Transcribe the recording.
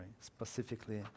specifically